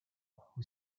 who